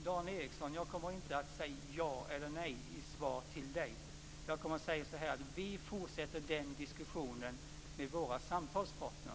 Fru talman! Jag kommer inte att säga ja eller nej i svaret till Dan Ericsson. Jag säger att vi fortsätter den diskussionen med våra samtalspartner.